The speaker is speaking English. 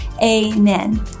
amen